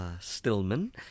Stillman